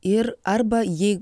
ir arba jį